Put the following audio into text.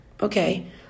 Okay